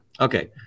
Okay